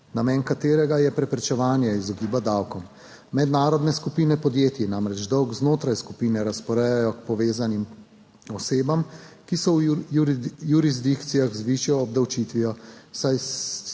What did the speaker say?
namen katerega je preprečevanje, izogiba davkom. Mednarodne skupine podjetij namreč dolg znotraj skupine razporejajo k povezanim osebam, ki so v jurisdikcijah z višjo obdavčitvijo,